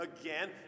again